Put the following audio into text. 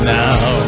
now